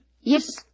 Yes